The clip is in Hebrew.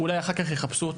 אולי אחר כך יחפשו אותו,